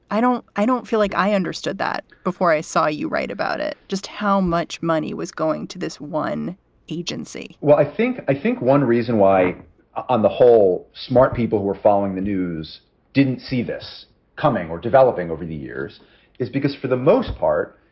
i don't i don't feel like i understood that before i saw you write about it. just how much money was going to this one agency? well, i think i think one reason why on the whole, smart people who are following the news didn't see this coming or developing over the years is because for the most part,